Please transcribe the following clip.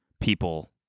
people